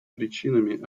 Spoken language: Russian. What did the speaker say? причинами